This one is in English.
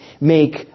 make